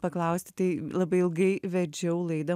paklausti tai labai ilgai vedžiau laidą